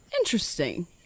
Interesting